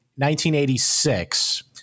1986